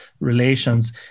relations